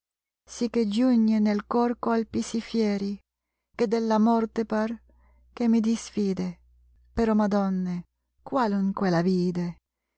giugne nel cuor colpi sì fieri che della morte par che mi disfide però madonne qualunque la vide